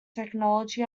technology